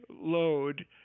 load